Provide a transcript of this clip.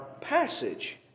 passage